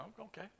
Okay